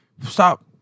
Stop